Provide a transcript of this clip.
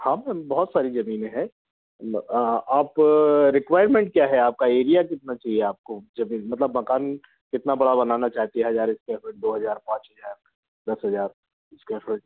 हाँ मैम बहुत सारी ज़मीनें हैं म आप रिक्वायरमेंट क्या है आपका एरिया कितना चाहिए आपको ज़मीन मतलब मकान किनता बड़ा बनाना चाहती हज़ार स्क्वायर फीट दो हज़ार पाँच हज़ार दस हज़ार स्क्वायर फीट